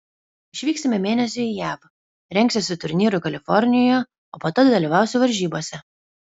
išvyksime mėnesiui į jav rengsiuosi turnyrui kalifornijoje o po to dalyvausiu varžybose